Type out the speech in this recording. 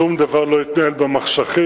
שום דבר לא התנהל במחשכים.